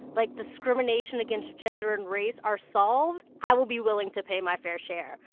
like, discrimination against gender and race are solved, i will be willing to pay my fair share.